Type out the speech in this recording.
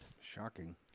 Shocking